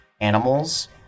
animals